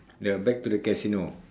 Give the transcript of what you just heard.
ya back to the casino